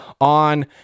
on